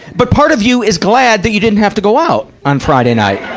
but part of you is glad that you didn't have to go out on friday night.